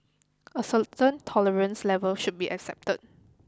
a certain tolerance level should be accepted